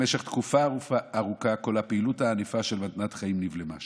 במשך תקופה ארוכה כל הפעילות הענפה של "מתנת חיים" נבלמה.